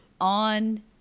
on